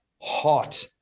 hot